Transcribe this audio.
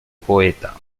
poeta